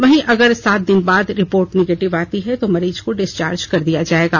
वहीं अगर सात दिन बाद रिपोर्ट निगेटिव आती है तो मरीज को डिस्चार्ज कर दिया जायेगा